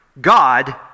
God